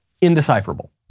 indecipherable